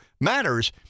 matters